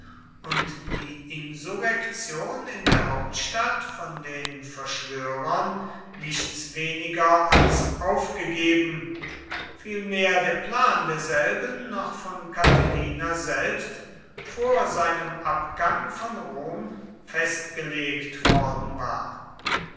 und die insurrektion in der hauptstadt von den verschworenen nichts weniger als aufgegeben vielmehr der plan derselben noch von catilina selbst vor seinem abgang von rom festgelegt worden war